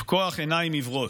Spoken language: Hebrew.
לפקוח עיניים עיוורות.